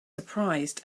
surprised